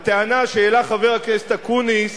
הטענה שהעלה חבר הכנסת אקוניס